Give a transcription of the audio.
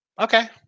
Okay